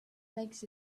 makes